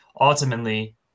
ultimately